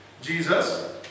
Jesus